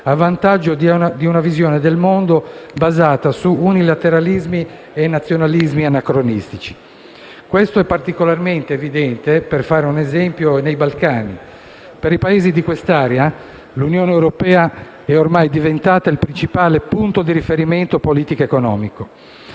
a vantaggio di una visione del mondo basata su unilateralismi e nazionalismi anacronistici. Questo è particolarmente evidente nei Balcani, per fare un esempio. Per i Paesi di quest'area l'Unione europea è ormai diventata il principale punto di riferimento politico-economico.